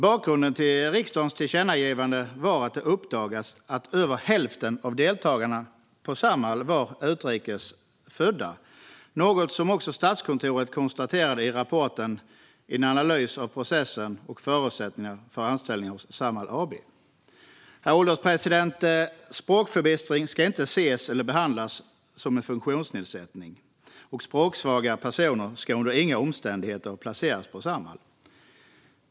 Bakgrunden till riksdagens tillkännagivande var att det uppdagats att över hälften av deltagarna i Samhall var utrikes födda, något som också Statskontoret konstaterade i rapporten En analys av processen och förutsättningarna för anställningar hos Samhall AB . Herr ålderspresident! Språkförbistring ska inte ses eller behandlas som en funktionsnedsättning, och språksvaga personer ska under inga omständigheter placeras i Samhall.